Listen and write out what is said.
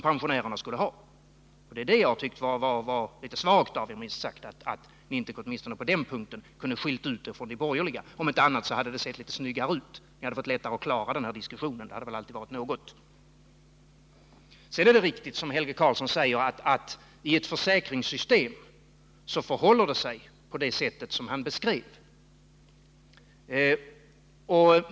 Jag tyckte att det var litet svagt av er att ni inte åtminstone på den punkten kunde skilja ut er från de borgerliga. Om inte annat kunde det ha sett litet snyggare ut. Ni hade då fått det lättare att klara denna diskussion, och det hade alltid varit något. Det är vidare riktigt att det i ett försäkringssystem förhåller sig på det sätt som Helge Karlsson beskrev.